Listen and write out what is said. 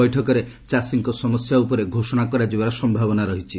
ବୈଠକରେ ଚାଷୀଙ୍କ ସମସ୍ୟା ଉପରେ ଘୋଷଣା କରାଯିବାର ସମ୍ଭାବନା ରହିଛି